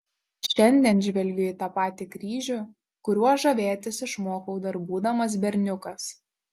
šiandien žvelgiu į tą patį kryžių kuriuo žavėtis išmokau dar būdamas berniukas